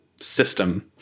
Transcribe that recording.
system